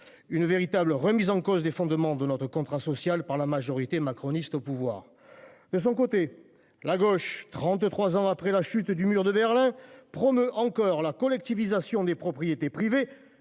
Une véritable remise en cause des fondements de notre contrat social par la majorité macroniste au pouvoir. De son côté, la gauche, 33 ans après la chute du mur de Berlin promeut encore la collectivisation des propriétés privées,